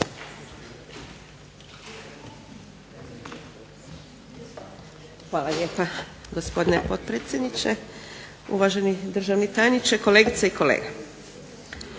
Hvala lijepa gospodine potpredsjedniče, uvaženi državni tajniče, kolegice i kolege.